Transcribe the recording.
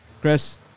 Chris